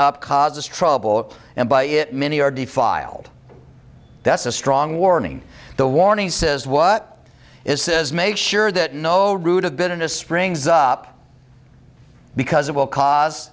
up causes trouble and by it many are defiled that's a strong warning the warning says what it says make sure that no root of bitterness springs up because it will cause